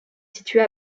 située